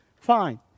fine